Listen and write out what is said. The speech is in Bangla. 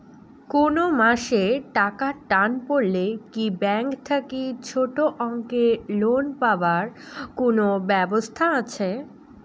কুনো মাসে টাকার টান পড়লে কি ব্যাংক থাকি ছোটো অঙ্কের লোন পাবার কুনো ব্যাবস্থা আছে?